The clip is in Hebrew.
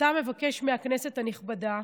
אתה מבקש מהכנסת הנכבדה,